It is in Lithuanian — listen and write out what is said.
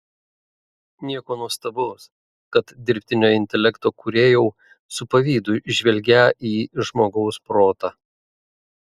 nieko nuostabaus kad dirbtinio intelekto kūrėjau su pavydu žvelgią į žmogaus protą